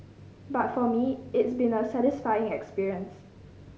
but for me it's been a satisfying experience